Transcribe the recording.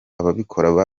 ababikoresha